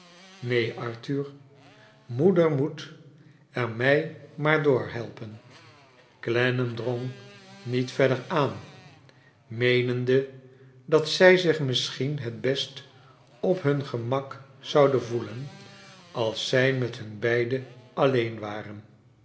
neen arthur moeder moet er mij maar doorhelpen clennam drong niet verder aan meenende dat zij zich misschien het best op hun gemak zouden voelen als zij met hun beiden alleen waren